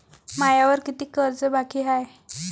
मायावर कितीक कर्ज बाकी हाय?